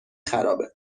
خرابه